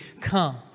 come